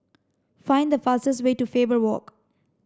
find the fastest way to Faber Walk